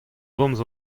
gomz